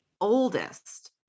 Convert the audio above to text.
oldest